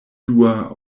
dua